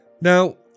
Now